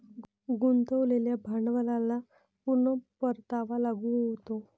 गुंतवलेल्या भांडवलाला पूर्ण परतावा लागू होतो